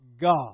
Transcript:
God